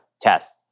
test